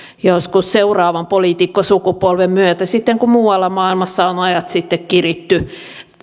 joskus seuraavan poliitikkosukupolven myötä sitten kun muualla maailmassa on ajat sitten kiritty